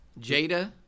Jada